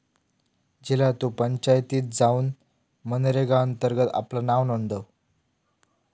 झिला तु पंचायतीत जाउन मनरेगा अंतर्गत आपला नाव नोंदव